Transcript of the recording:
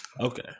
Okay